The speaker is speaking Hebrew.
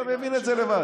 אתה מבין את זה לבד.